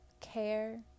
care